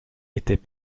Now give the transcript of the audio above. étaient